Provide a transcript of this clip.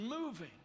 moving